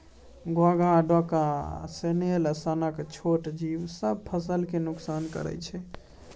घोघा, डोका आ स्नेल सनक छोट जीब सब फसल केँ नोकसान करय छै